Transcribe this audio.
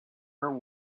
her